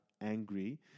angry